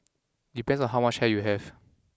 depends on how much hair you have